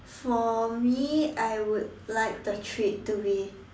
for me I would like the treat to be